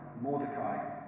Mordecai